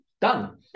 done